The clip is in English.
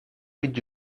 with